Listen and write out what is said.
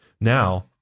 now